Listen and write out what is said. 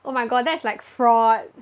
oh my god that's like fraud